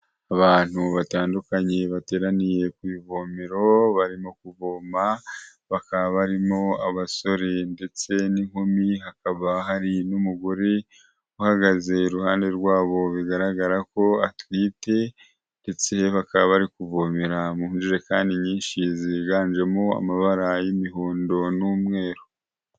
Abantu batandukanye bateraniye ku ivomero barimo kuvoma, bakaba barimo abasore ndetse n'inkumi, hakaba hari n'umugore uhagaze iruhande rwabo bigaragara ko atwite ndetse bakaba bari kuvomera mu njerekani nyinshi ziganjemo amabara y'imihondo n'umweru.